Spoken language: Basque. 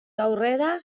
aurrera